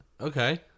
Okay